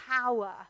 power